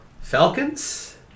Falcons